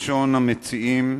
ראשון המציעים,